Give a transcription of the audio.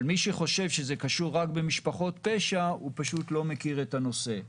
אבל מי שחושב שזה קשור רק במשפחות פשע הוא פשוט לא מכיר את הנושא.